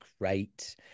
great